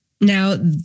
Now